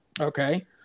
okay